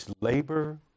labor